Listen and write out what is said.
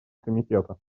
комитета